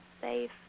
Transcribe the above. safe